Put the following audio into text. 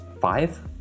five